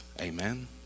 Amen